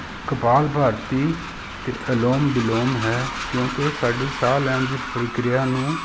ਕਪਾਲਭਾਤੀ ਅਤੇ ਅਲੋਮ ਬਿਲੋਮ ਹੈ ਕਿਉਂਕਿ ਸਾਡੀ ਸਾਹ ਲੈਣ ਦੀ ਪ੍ਰਕਿਰਿਆ ਨੂੰ